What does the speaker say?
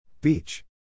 Beach